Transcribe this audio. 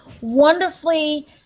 wonderfully